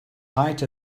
height